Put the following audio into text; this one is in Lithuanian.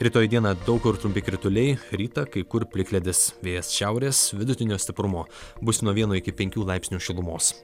rytoj dieną daug kur trumpi krituliai rytą kai kur plikledis vėjas šiaurės vidutinio stiprumo bus nuo vieno iki penkių laipsnių šilumos